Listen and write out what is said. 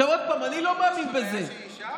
עוד פעם, אני לא מאמין בזה, שהיא אישה?